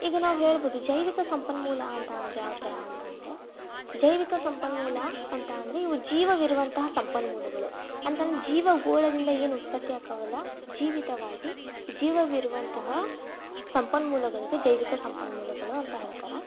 ಈಗ ನಾವು ಹೇಳ್ಬೋದು ಜೈವಿಕ ಸಂಪನ್ಮೂಲ ಅಂತ ಅಂದರೆ ಯಾವ ಥರ ಅಂತ ಅಂದರೆ ಜೈವಿಕ ಸಂಪನ್ಮೂಲ ಅಂತ ಅಂದರೆ ಇವು ಜೀವವಿರುವಂತಹ ಸಂಪನ್ಮೂಲಗಳು ಅಂತಂದರೆ ಜೀವಗೋಳದಿಂದ ಏನು ಉತ್ಪತ್ತಿಯಾಗ್ತವಲ್ಲ ಜೀವಿತವಾಗಿ ಜೀವವಿರುವಂತಹ ಸಂಪನ್ಮೂಲಗಳಿಗೆ ಜೈವಿಕ ಸಂಪನ್ಮೂಲಗಳು ಅಂತ ಹೇಳ್ತಾರೆ